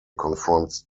confronts